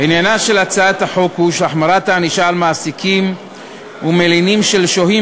עניינה של הצעת החוק הוא החמרת הענישה של מעסיקים ומלינים של שוהים